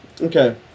Okay